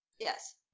Yes